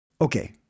Okay